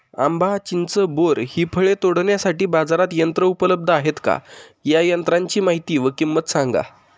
आंबा, चिंच, बोर हि फळे तोडण्यासाठी बाजारात यंत्र उपलब्ध आहेत का? या यंत्रांची माहिती व किंमत सांगा?